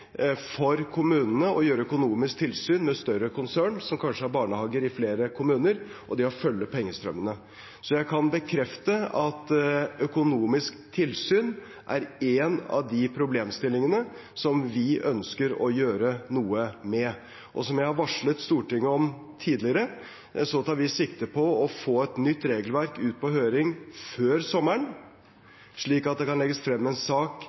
for kommunene å gjennomføre økonomiske tilsyn med større konsern, som kanskje har barnehager i flere kommuner, og følge pengestrømmene. Jeg kan bekrefte at økonomiske tilsyn er én av problemstillingene vi ønsker å gjøre noe med. Som jeg har varslet Stortinget om tidligere, tar vi sikte på få et nytt regelverk ut på høring før sommeren, slik at det kan legges frem en sak